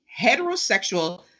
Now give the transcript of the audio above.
heterosexual